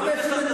נא לסיים.